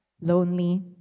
lonely